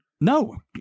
No